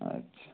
আচ্ছা